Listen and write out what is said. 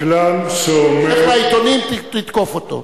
יש, שאומר: לך לעיתונים, תתקוף אותו.